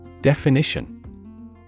Definition